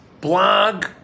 blog